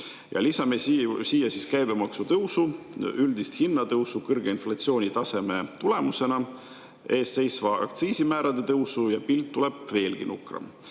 Lisame siia käibemaksutõusu, üldise hinnatõusu kõrge inflatsioonitaseme tulemusena ja eesseisva aktsiisimäärade tõusu, ning pilt tuleb veelgi nukram.